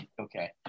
okay